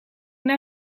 naar